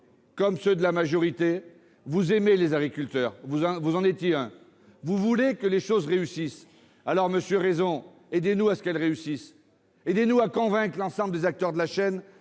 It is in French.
sénateurs de la majorité, vous aimez les agriculteurs ; vous en étiez un. Vous voulez que les choses réussissent. Alors, monsieur Raison, aidez-nous à faire en sorte qu'elles réussissent ; aidez-nous à convaincre l'ensemble des acteurs de la chaîne